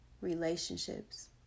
relationships